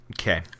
okay